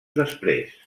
després